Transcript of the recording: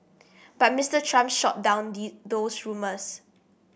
but Mister Trump shot down those rumours